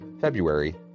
February